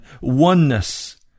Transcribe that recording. oneness